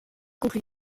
conclut